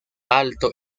alto